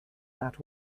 that